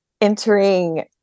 entering